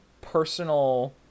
personal